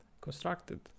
constructed